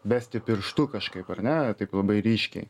besti pirštu kažkaip ar ne taip labai ryškiai